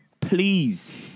Please